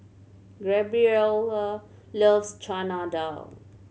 Gabriella loves Chana Dal